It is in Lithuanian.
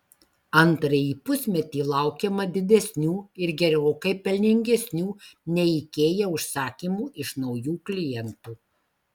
antrąjį pusmetį laukiama didesnių ir gerokai pelningesnių nei ikea užsakymų iš naujų klientų